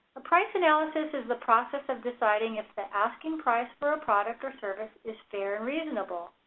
a price analysis is the process of deciding if the asking price for a product or service is fair and reasonable,